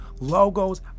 logos